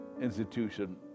institution